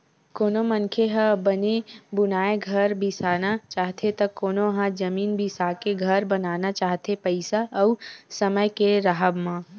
कोनो मनखे ह बने बुनाए घर बिसाना चाहथे त कोनो ह जमीन बिसाके घर बनाना चाहथे पइसा अउ समे के राहब म